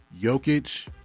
Jokic